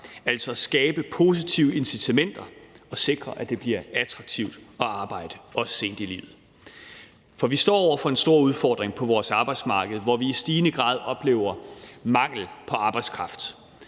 altså skabe positive incitamenter og sikre, at det bliver attraktivt at arbejde, også sent i livet. For vi står over for en stor udfordring på vores arbejdsmarked, hvor vi i stigende grad oplever mangel på arbejdskraft.